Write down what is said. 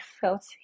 felt